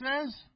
says